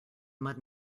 mud